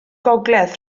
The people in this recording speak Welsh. gogledd